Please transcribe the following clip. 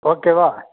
ஓகேவா